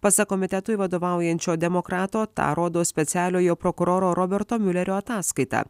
pasak komitetui vadovaujančio demokrato tą rodo specialiojo prokuroro roberto miulerio ataskaita